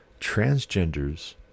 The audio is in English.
transgenders